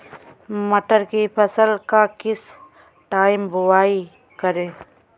मटर की फसल का किस टाइम बुवाई करें?